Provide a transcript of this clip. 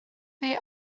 they